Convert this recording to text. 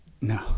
No